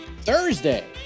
Thursday